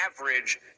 average